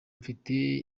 mfite